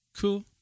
Cool